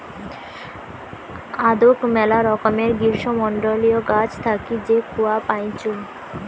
আদৌক মেলা রকমের গ্রীষ্মমন্ডলীয় গাছ থাকি যে কূয়া পাইচুঙ